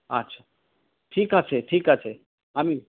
আচ্ছা ঠিক আছে ঠিক আছে আমি